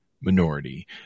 minority